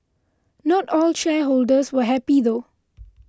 not all shareholders were happy though